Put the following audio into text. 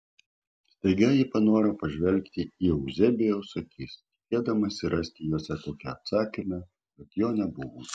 staiga ji panoro pažvelgti į euzebijaus akis tikėdamasi rasti jose kokį atsakymą bet jo nebuvo